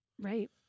Right